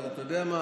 אבל אתה יודע מה,